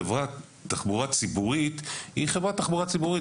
חברת תחבורה ציבורית היא חברת תחבורה ציבורית,